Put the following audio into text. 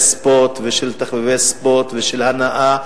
של שירותי ספורט ושל תחביבי ספורט ושל הנאה,